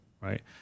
right